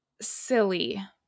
silly